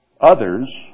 others